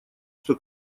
что